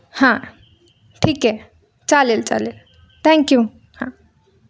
हां ठीक आहे चालेल चालेल थँक्यू हां